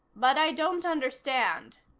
but i don't understand,